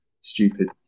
stupid